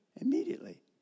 Immediately